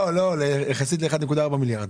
לא, יחסית ל-1.4 מיליארד.